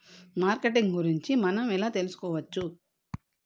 Marketing గురించి మనం ఎలా తెలుసుకోవచ్చు?